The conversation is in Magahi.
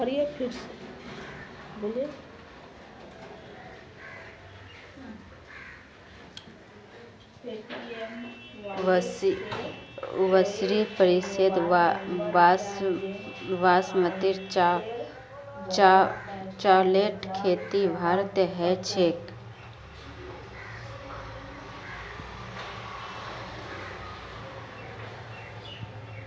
विश्व प्रसिद्ध बासमतीर चावलेर खेती भारतत ह छेक